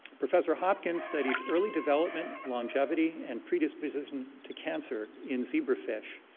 professor hopkins studies early development, longevity, and predisposition to cancer in zebrafish.